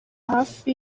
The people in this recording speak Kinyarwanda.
hafi